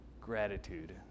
gratitude